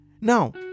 Now